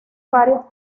varios